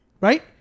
right